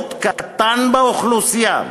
מיעוט קטן באוכלוסייה,